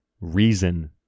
reason